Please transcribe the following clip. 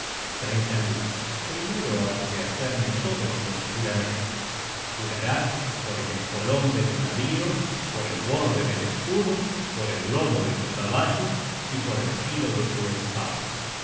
de mis hijos primero has de hacerme todos los juramentos jurarás por el espolon de tu navío por el borde del escudo por el lomo de tu caballo y por el filo de tu espada